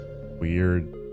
weird